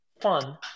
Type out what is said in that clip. fun